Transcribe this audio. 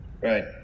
Right